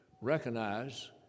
recognize